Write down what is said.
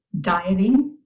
dieting